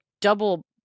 double